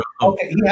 okay